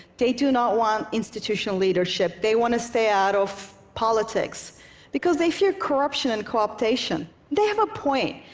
they do not want institutional leadership. they want to stay out of politics because they fear corruption and cooptation. they have a point.